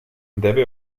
debe